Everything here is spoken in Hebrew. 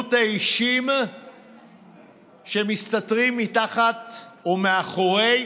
חדלות האישים שמסתתרים מתחת ומאחורי